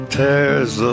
tears